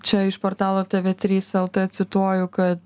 čia iš portalo tv trys lt cituoju kad